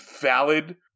valid